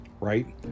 right